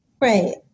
Right